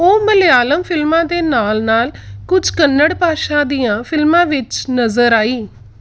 ਉਹ ਮਲਿਆਲਮ ਫਿਲਮਾਂ ਦੇ ਨਾਲ ਨਾਲ ਕੁਝ ਕੰਨੜ ਭਾਸ਼ਾ ਦੀਆਂ ਫ਼ਿਲਮਾਂ ਵਿੱਚ ਨਜ਼ਰ ਆਈ